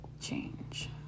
change